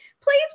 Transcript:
please